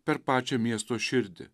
per pačią miesto širdį